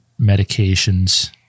medications